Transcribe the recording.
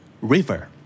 river